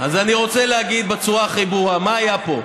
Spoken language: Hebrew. אז אני רוצה להגיד בצורה הכי ברורה מה היה פה: